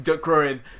growing